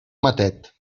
matet